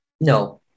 No